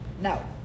now